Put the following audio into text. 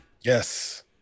Yes